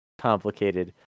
complicated